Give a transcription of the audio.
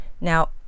Now